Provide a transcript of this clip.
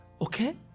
Okay